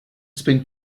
spend